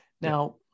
Now